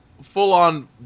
full-on